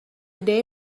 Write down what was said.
day